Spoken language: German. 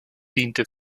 diente